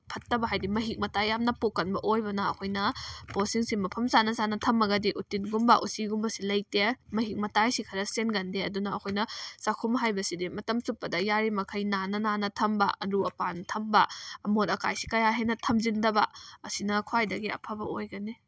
ꯐꯠꯇꯕ ꯍꯥꯏꯗꯤ ꯃꯍꯤꯛ ꯃꯇꯥꯏ ꯌꯥꯝꯅ ꯄꯣꯛꯀꯟꯕ ꯑꯣꯏꯕꯅ ꯑꯩꯈꯣꯏꯅ ꯄꯣꯠꯁꯤꯡꯁꯤ ꯃꯐꯝ ꯆꯥꯅ ꯆꯥꯅ ꯊꯝꯃꯒꯗꯤ ꯎꯇꯤꯟꯒꯨꯝꯕ ꯎꯆꯤꯒꯨꯝꯕꯁꯤ ꯂꯩꯇꯦ ꯃꯍꯤꯛ ꯃꯇꯥꯏꯁꯤ ꯈꯔ ꯆꯦꯟꯒꯟꯗꯦ ꯑꯗꯨꯅ ꯑꯩꯈꯣꯏꯅ ꯆꯥꯛꯈꯨꯝ ꯍꯥꯏꯕꯁꯤꯗꯤ ꯃꯇꯝ ꯆꯨꯞꯄꯗ ꯌꯥꯔꯤꯃꯈꯩ ꯅꯥꯟꯅ ꯅꯥꯟꯅ ꯊꯝꯕ ꯑꯔꯨ ꯑꯄꯥꯟ ꯊꯝꯕ ꯑꯃꯣꯠ ꯑꯀꯥꯏꯁꯤ ꯀꯌꯥ ꯍꯦꯟꯅ ꯊꯝꯖꯤꯟꯗꯕ ꯑꯁꯤꯅ ꯈ꯭ꯋꯥꯏꯗꯒꯤ ꯑꯐꯕ ꯑꯣꯏꯒꯅꯤ